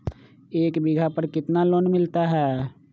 एक बीघा पर कितना लोन मिलता है?